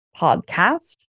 podcast